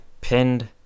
pinned